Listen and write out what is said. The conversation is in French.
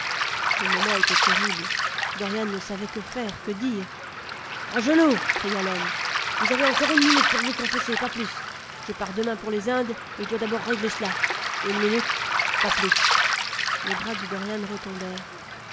le moment était terrible dorian ne savait que faire que dire a genoux cria l'homme vous avez encore une minute pour vous confesser pas plus je pars demain pour les indes et je dois d'abord régler cela une minute pas plus les bras de dorian retombèrent